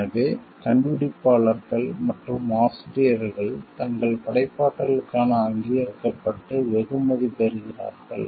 எனவே கண்டுபிடிப்பாளர்கள் மற்றும் ஆசிரியர்கள் தங்கள் படைப்பாற்றலுக்காக அங்கீகரிக்கப்பட்டு வெகுமதி பெறுகிறார்கள்